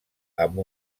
amb